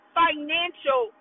financial